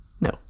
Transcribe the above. no